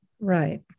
right